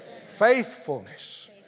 Faithfulness